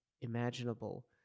imaginable